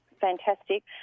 fantastic